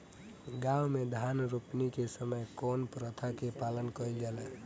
गाँव मे धान रोपनी के समय कउन प्रथा के पालन कइल जाला?